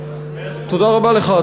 תודה רבה לך,